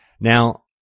Now